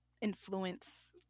influence